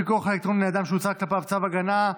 פיקוח אלקטרוני על אדם שהוצא כלפיו צו הגנה),